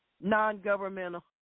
non-governmental